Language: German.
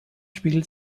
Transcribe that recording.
spiegelt